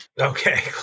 Okay